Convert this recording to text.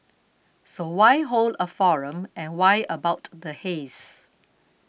so why hold a forum and why about the haze